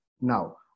now